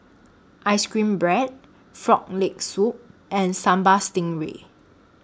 Ice Cream Bread Frog Leg Soup and Sambal Stingray